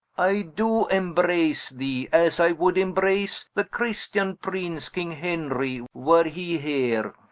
i do embrace thee, as i would embrace the christian prince king henrie were he heere